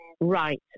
right